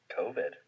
COVID